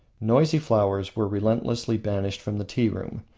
noisy flowers were relentlessly banished from the tea-room.